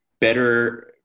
better